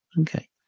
Okay